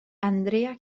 andrea